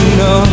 no